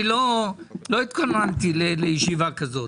אני לא התכוננתי לישיבה כזאת,